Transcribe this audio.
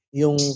yung